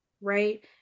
right